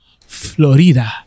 Florida